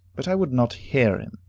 but i would not hear him.